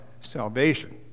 salvation